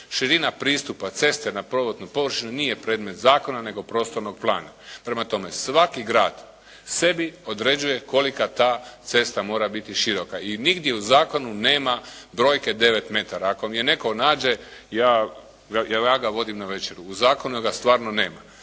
Širina pristupa ceste na prometnu površinu nije predmet zakona, nego prostornog plana. Prema tome, svaki grad sebi određuje kolika ta cesta mora biti široka i nigdje u zakonu nema brojke 9 metara. Ako mi je netko nađe, ja ga vodim na večeru. U zakonu ga stvarno nema.